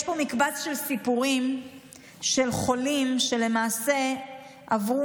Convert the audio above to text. יש פה מקבץ של סיפורים של חולים שלמעשה עברו